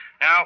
Now